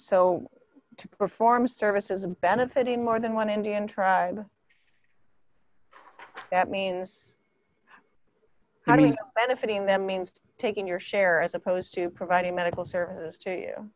so to perform a service is a benefit in more than one indian tribe that means how does benefiting that means taking your share as opposed to providing medical service to you